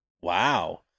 Wow